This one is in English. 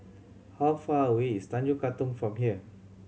how far away is Tanjong Katong from here